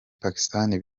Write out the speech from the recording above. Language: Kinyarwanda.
pakistan